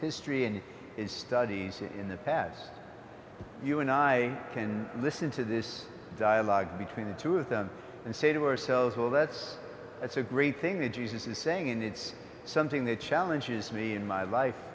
history and is studies in the past you and i can listen to this dialogue between the two of them and say to ourselves well that's that's a great thing that jesus is saying and it's something that challenges me in my life